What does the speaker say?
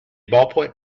ballpoint